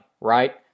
right